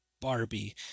Barbie